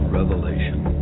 revelation